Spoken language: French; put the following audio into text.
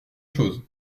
chose